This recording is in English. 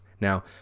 Now